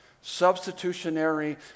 Substitutionary